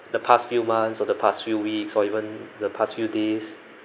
the past few months or the past few weeks or even the past few days